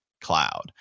Cloud